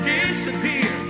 disappear